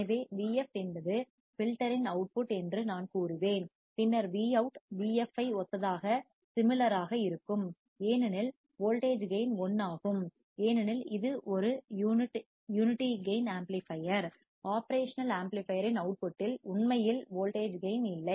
எனவே vf என்பது ஃபில்டர்யின் அவுட்புட் என்று நான் கூறுவேன் பின்னர் Vout vf ஐ ஒத்ததாக சிமிளர் ஆக இருக்கும் ஏனெனில் வோல்டேஜ் கேயின் 1 ஆகும் ஏனெனில் இது ஒரு யூனிட்டி கேயின் ஆம்ப்ளிபையர் ஒப்ரேஷனல் ஆம்ப்ளிபையர்யின் அவுட்புட் இல் உண்மையில் வோல்டேஜ் கேயின் இல்லை